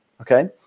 Okay